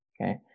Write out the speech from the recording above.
Okay